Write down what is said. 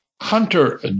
Hunter